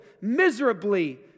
miserably